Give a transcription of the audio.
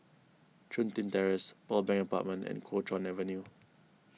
Chun Tin Terrace Pearl Bank Apartment and Kuo Chuan Avenue